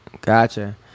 Gotcha